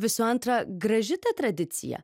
visų antra graži ta tradicija